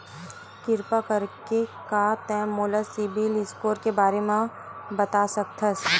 किरपा करके का तै मोला सीबिल स्कोर के बारे माँ बता सकथस?